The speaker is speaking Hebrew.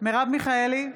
מרב מיכאלי,